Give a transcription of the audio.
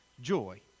joy